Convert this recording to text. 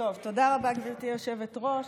תודה רבה, גברתי היושבת-ראש.